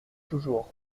toujours